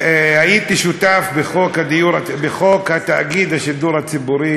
הייתי שותף לחוק תאגיד השידור הציבורי